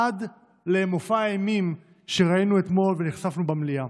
עד למופע האימים שראינו אתמול ונחשפנו אליו במליאה.